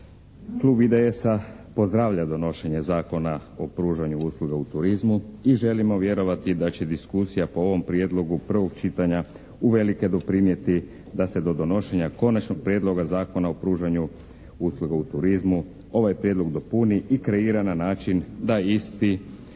Klub IDS-a pozdravlja donošenje Zakona o pružanju usluga u turizmu i želimo vjerovati da će diskusija po ovom prijedlogu prvog čitanja uvelike doprinijeti da se do donošenja Konačnog prijedloga Zakona o pružanju usluga u turizmu ovaj prijedlog dopuni i kreira na način da isti